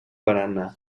paranà